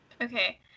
Okay